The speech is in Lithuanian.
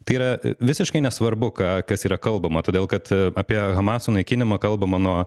tai yra visiškai nesvarbu ką kas yra kalbama todėl kad apie hamas sunaikinimą kalbama nuo